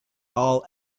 all